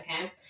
okay